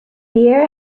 beer